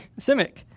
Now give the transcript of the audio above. Cimic